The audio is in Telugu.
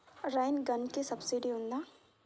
రైన్ గన్కి సబ్సిడీ ఉందా?